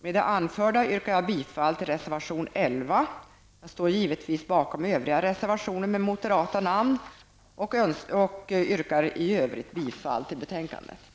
Med det anförda yrkar jag bifall till reservation 11, och jag står givetvis bakom övriga reservationer med moderata namn och yrkar i övrigt bifall till utskottets hemställan.